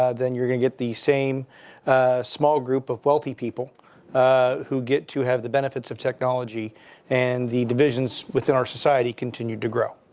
ah then you're going to get the same small group of wealthy people who get to have the benefits of technology and the divisions within our society continue to grow.